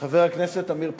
חבר הכנסת עמיר פרץ,